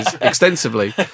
extensively